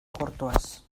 agortuaz